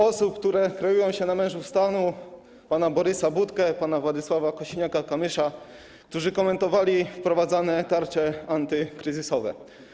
osób, które kreują się na mężów stanu, pana Borysa Budki i pana Władysława Kosiniaka-Kamysza, którzy komentowali wprowadzane tarcze antykryzysowe.